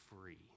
free